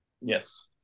Yes